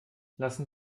lassen